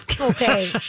okay